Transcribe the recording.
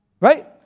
right